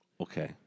Okay